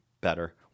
better